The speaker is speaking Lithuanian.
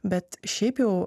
bet šiaip jau